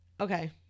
Okay